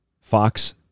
Fox